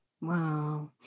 Wow